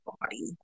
body